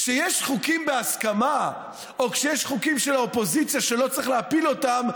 כשיש חוקים בהסכמה או כשיש חוקים של האופוזיציה שלא צריך להפיל אותם,